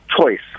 choice